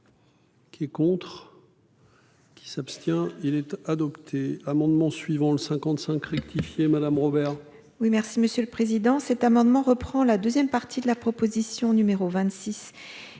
Qui est contre. Il s'abstient. Il est pas adopté amendements suivant le 55 rectifié madame Robert. Oui, merci Monsieur le Président. Cet amendement reprend la 2ème partie de la proposition numéro 26.